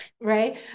right